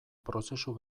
prozesu